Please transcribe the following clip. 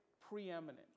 preeminent